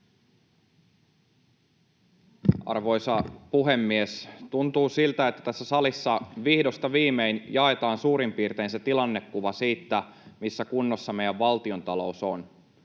Arvoisa puhemies! Tuntuu siltä, että tässä salissa vihdosta viimein jaetaan suurin piirtein tilannekuva siitä, missä kunnossa meidän valtiontaloutemme